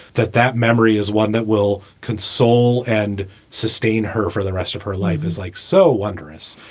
that that memory is one that will console and sustain her for the rest of her life is like so wonderous.